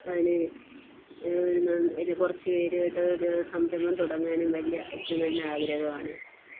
അതിന് ഒരു നല്ല ഇല്ല കുറച്ച് പേരുമായിട്ട് ഒരു സംരംഭം തുടങ്ങാനും വലിയ ഒത്തിരി നല്ല ആഗ്രഹമാണ്